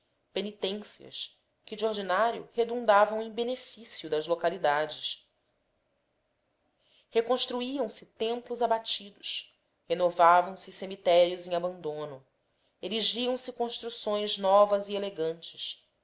penitências que de ordinário redundavam em benefício das localidades reconstruíam se templos abatidos renovavam se cemitérios em abandono erigiam se construções novas e elegantes